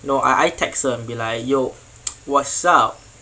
you know I I text her and be like yo what's up